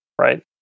right